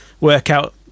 workout